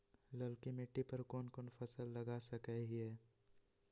ललकी मिट्टी पर कोन कोन फसल लगा सकय हियय?